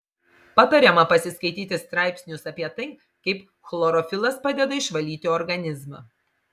patariama pasiskaityti straipsnius apie tai kaip chlorofilas padeda išvalyti organizmą